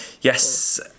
Yes